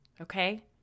okay